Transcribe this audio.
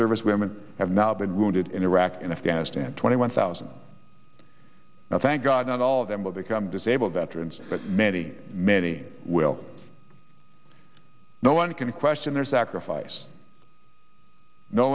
servicewomen have now been wounded in iraq and afghanistan twenty one thousand now thank god not all of them will become disabled veterans but many many will no one can question their sacrifice no